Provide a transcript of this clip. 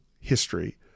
history